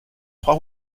trois